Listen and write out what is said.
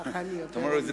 ככה אני יותר עומד.